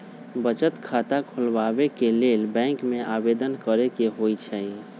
बचत खता खोलबाबे के लेल बैंक में आवेदन करेके होइ छइ